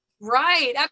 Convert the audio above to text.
Right